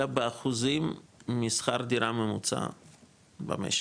אלא באחוזים משכר דירה ממוצע במשק,